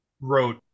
wrote